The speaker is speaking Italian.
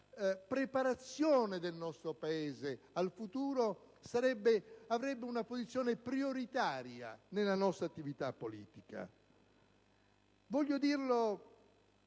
preparazione del nostro Paese al futuro avrebbe una posizione prioritaria nella nostra attività politica. Voglio dirlo